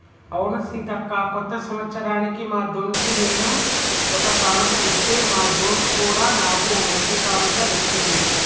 అవును సీతక్క కొత్త సంవత్సరానికి మా దొన్కి నేను ఒక కానుక ఇస్తే మా దొంత్ కూడా నాకు ఓ మంచి కానుక ఇచ్చింది